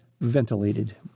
ventilated